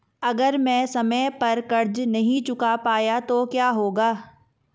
अगर मैं समय पर कर्ज़ नहीं चुका पाया तो क्या होगा?